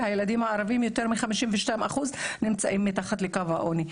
והילדים הערבים יותר מ- 52% נמצאים מתחת לקו העוני,